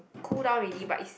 cool down already but is